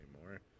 anymore